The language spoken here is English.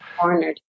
cornered